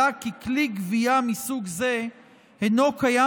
עלה כי כלי גבייה מסוג זה אינו קיים